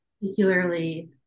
Particularly